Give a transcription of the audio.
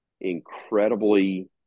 incredibly